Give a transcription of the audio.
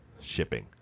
shipping